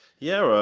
yes,